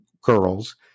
girls